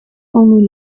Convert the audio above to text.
only